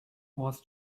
was